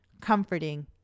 comforting